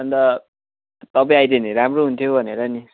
अन्त तपाईँ आइदिए भने राम्रो हुने थियो भनेर नि